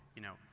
you know,